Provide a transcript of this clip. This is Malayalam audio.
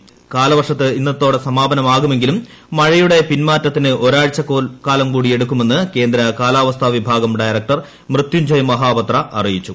രാജ്യത്ത് കാലവർഷത്തിന് ഇന്നത്തോടെ സമാപനമാകുമെങ്കിലും മഴയുടെ പിൻമാറ്റത്തിന് ഒരാഴ്ചക്കാലം കൂടി എടുക്കുമെന്ന് കേന്ദ്ര കാലാവസ്ഥാ വിഭാഗം ഡയറക്ടർ മൃത്യുഞ്ജയ് മഹാപത്ര അറിയിച്ചു